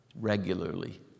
regularly